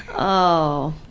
oh,